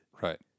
Right